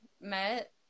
met